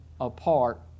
apart